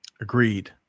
Agreed